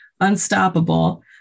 unstoppable